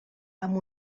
amb